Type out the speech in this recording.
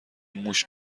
موش